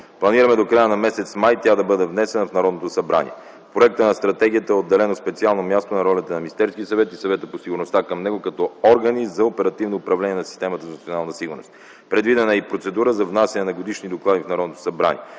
Планираме до края на м. май тя да бъде внесена в Народното събрание. В проекта на стратегията е отделено специално място на ролята на Министерския съвет и Съвета по сигурността към него като органи за оперативно управление на системата за национална сигурност. Предвидена е и процедура за внасяне на годишни доклади в Народното събрание.